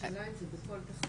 השאלה אם זה בכל תחנה?